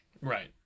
Right